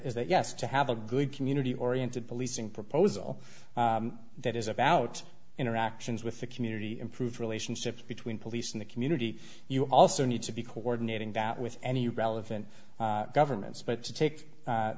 that yes to have a good community oriented policing proposal that is about interactions with the community improve relationships between police and the community you also need to be coordinating that with any relevant governments but to take